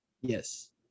Yes